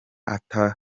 ata